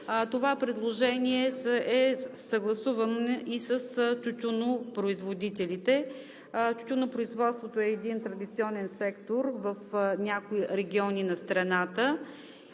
Това предложение е съгласувано и с тютюнопроизводителите. Тютюнопроизводството е един традиционен сектор в някои региони на страната